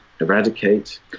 eradicate